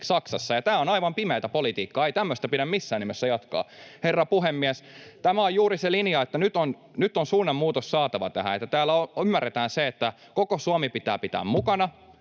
Tämä on aivan pimeätä politiikkaa. Ei tämmöistä pidä missään nimessä jatkaa. Herra puhemies! Tämä on juuri se linja, että nyt on suunnanmuutos saatava, niin että täällä ymmärretään se, että koko Suomi pitää pitää mukana,